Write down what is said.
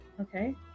Okay